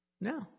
No